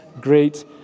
great